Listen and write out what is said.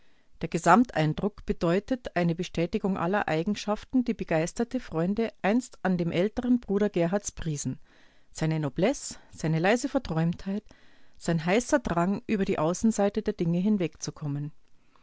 der gesamteindruck bedeutet eine bestätigung aller eigenschaften die begeisterte freunde einst an dem älteren bruder gerharts priesen seine noblesse seine leise verträumtheit sein heißer drang über die außenseite der dinge hinwegzukommen